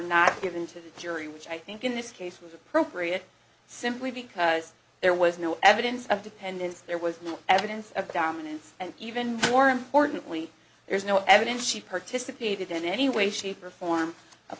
not given to the jury which i think in this case was appropriate simply because there was no evidence of dependence there was no evidence of dominance and even more importantly there is no evidence she participated in any way shape or form